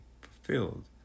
fulfilled